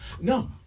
No